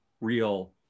real